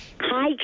Hi